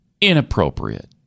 Inappropriate